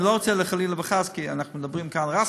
אני לא רוצה, חלילה וחס, כי אנחנו מדברים רשמית,